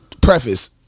preface